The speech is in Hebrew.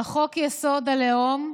על חוק-יסוד: הלאום,